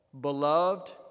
Beloved